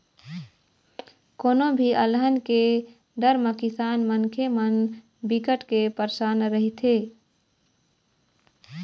कोनो भी अलहन के डर म किसान मनखे मन बिकट के परसान रहिथे